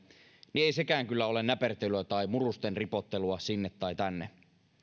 niin ei sekään kyllä ole näpertelyä tai murusten ripottelua sinne tai tänne